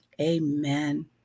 Amen